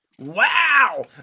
wow